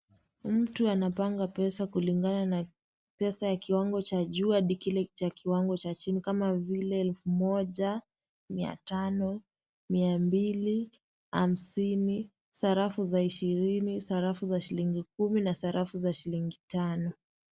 Mtu anapanga pesa kulingana na pesa ya kiwango cha juu hadi kile cha kiwango cha chini. Kama vile elfu moja, mia tano, mia mbili, sarafu za shilingi ishirini, sarafu za shilingi kumi, na sarafu za shilingi tano.